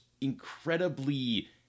incredibly